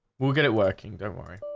we'll get it working don't worry